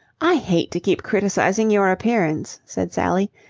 i hate to keep criticizing your appearance, said sally,